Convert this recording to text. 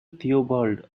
theobald